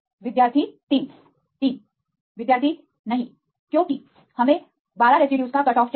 विद्यार्थी 3 33 विद्यार्थी नही क्योंकि हमें 12 रेसिड्यूज का कटऑफ चाहिए